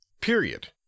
period